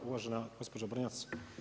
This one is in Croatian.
Uvažena gospođo Brnjac.